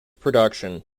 production